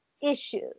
issues